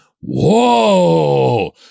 whoa